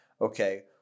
okay